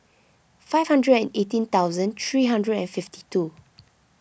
five hundred and eighteen thousand three hundred and fifty two